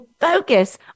focus